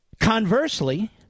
Conversely